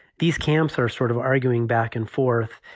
these camps are sort of arguing back and forth.